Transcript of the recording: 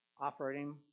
operating